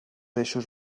eixos